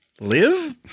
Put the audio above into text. live